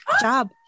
job